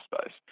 space